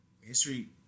History